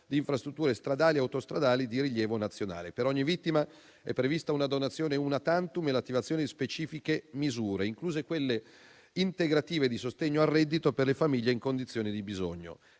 di infrastrutture stradali e autostradali di rilievo nazionale. Per ogni vittima è prevista una donazione *una tantum* e l'attivazione di specifiche misure, incluse quelle integrative di sostegno al reddito per le famiglie in condizioni di bisogno.